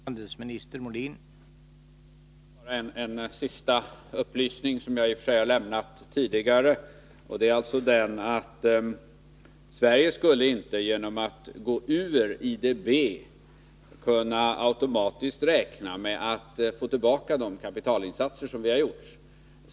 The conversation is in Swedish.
Herr talman! Bara en sista upplysning, som jag i och för sig har lämnat tidigare. Sverige skulle inte genom att gå ur IDB kunna räkna med att automatiskt få tillbaka de kapitalinsatser vi har gjort.